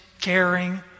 caring